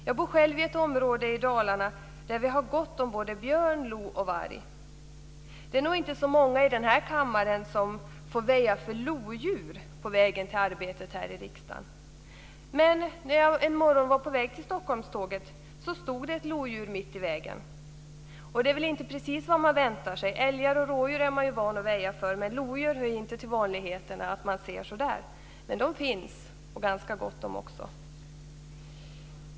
Jag bor själv i ett område i Dalarna där vi har gott om både björn, lo och varg. Det är nog inte så många i den här kammaren som får väja för lodjur på vägen till arbetet här i riksdagen. När jag en morgon var på väg till Stockholmståget stod det ett lodjur mitt på vägen. Det är väl inte precis vad man väntar sig. Älgar och rådjur är man ju van att väja för, men lodjur hör inte till vanligheten att man ser. Men de finns, och det är ganska gott om dem.